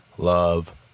Love